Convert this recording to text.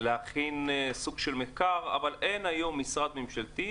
להכין סוג של מחקר, אבל אין היום משרד ממשלתי,